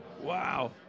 Wow